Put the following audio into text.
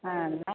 ആ എന്നാൽ